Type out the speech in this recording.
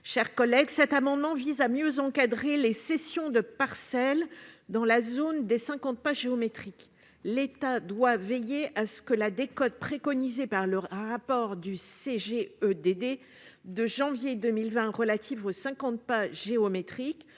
Filleul. Cet amendement vise à mieux encadrer les cessions de parcelles dans la zone des cinquante pas géométriques. L'État doit veiller à ce que la décote préconisée par le rapport du CGEDD du mois de janvier 2020 relatif aux cinquante pas géométriques